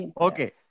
Okay